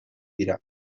dira